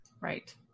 right